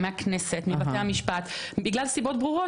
מהכנסת ומבתי המשפט בגלל סיבות ברורות